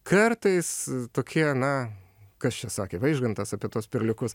kartais tokie na kas čia sakė vaižgantas apie tuos perliukus